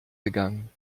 gegangen